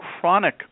chronic